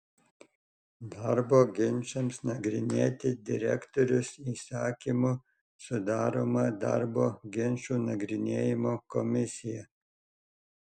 darbo ginčams nagrinėti direktorius įsakymu sudaroma darbo ginčų nagrinėjimo komisija